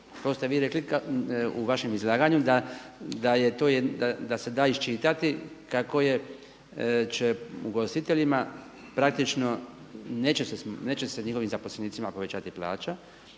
To ste vi rekli u vašem izlaganju da je to, da se da iščitati kako će ugostiteljima praktično neće se njihovim zaposlenicima povećati plaća